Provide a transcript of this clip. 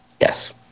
Yes